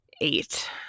eight